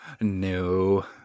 No